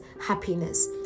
happiness